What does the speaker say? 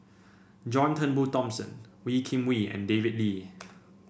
John Turnbull Thomson Wee Kim Wee and David Lee